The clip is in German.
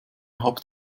herab